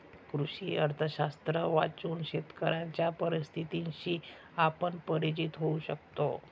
कृषी अर्थशास्त्र वाचून शेतकऱ्यांच्या परिस्थितीशी आपण परिचित होऊ शकतो